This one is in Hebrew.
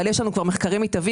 אבל יש לנו מחקרים מיטביים.